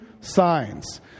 signs